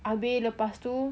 abih lepas tu